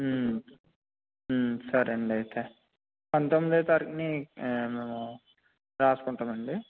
సరే అండి అయితే పంతొమ్మిదో తారీఖున రాసుకుంటామండి